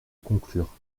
conclure